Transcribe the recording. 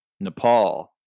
Nepal